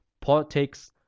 politics